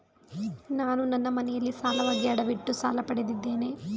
ನಾನು ನನ್ನ ಮನೆಯನ್ನು ಸಾಲವಾಗಿ ಅಡವಿಟ್ಟು ಸಾಲ ಪಡೆದಿದ್ದೇನೆ